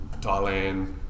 Thailand